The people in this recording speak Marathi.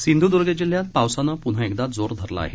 सिंध्द्र्ग जिल्ह्यात पावसानं प्न्हा एकदा जोर धरला आहे